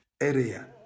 area